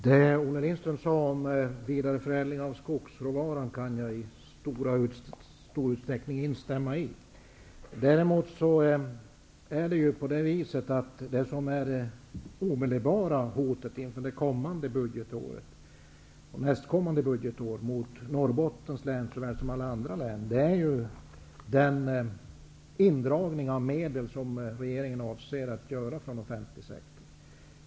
Herr talman! Jag kan i stor utsträckning instämma i det Olle Lindström sade om vidareförädling av skogsråvaran. Det omedelbara hotet inför det kommande, och nästkommande, budgetåret mot såväl Norbottens län som andra län är den indragning av medel från den offentliga sektorn som regeringen avser att göra.